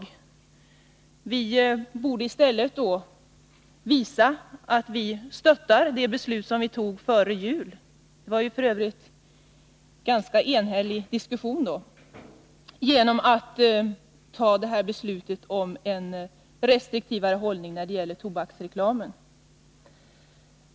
Vi borde i stället visa att vi står bakom det beslut som vi fattade före jul — och som f. ö. föregicks av en ganska samstämd diskussion — och stötta upp riksdagens dåvarande beslut genom att nu också fatta beslut om en restriktivare hållning mot tobaksreklamen.